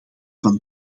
van